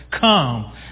come